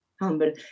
humble